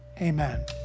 Amen